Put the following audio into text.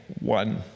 one